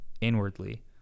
inwardly